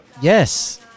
Yes